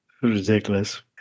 Ridiculous